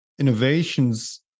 innovations